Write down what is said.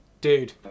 Dude